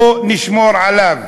בואו נשמור עליו.